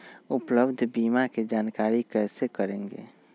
उपलब्ध बीमा के जानकारी कैसे करेगे?